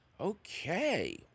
Okay